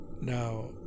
now